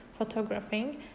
photographing